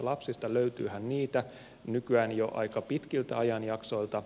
löytyyhän niitä nykyään jo aika pitkiltä ajanjaksoilta